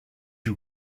you